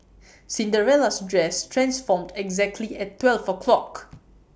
Cinderella's dress transformed exactly at twelve o'clock